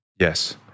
Yes